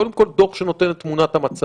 קודם כול דוח שנותן את תמונת המצב,